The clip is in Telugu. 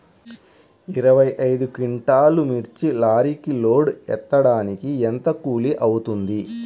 ఇరవై ఐదు క్వింటాల్లు మిర్చి లారీకి లోడ్ ఎత్తడానికి ఎంత కూలి అవుతుంది?